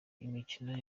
imikino